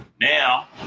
Now